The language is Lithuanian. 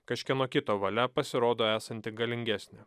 kažkieno kito valia pasirodo esanti galingesnė